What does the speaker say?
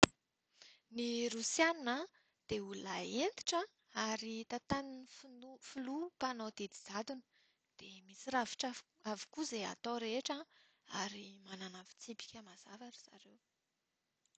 Ny Rosiana dia olona hentitra ary tantanin'ny filoha filoha mpanao didy jadona. Misy rafitra av- avokoa izay atao rehetra ary manaraka fitsipika mazava ry zareo.